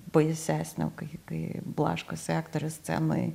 baisesnio kai kai blaškosi aktoriai scenoj